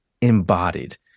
embodied